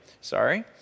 Sorry